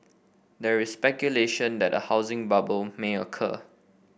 there is speculation that a housing bubble may occur